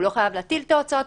הוא לא חייב להטיל את ההוצאות,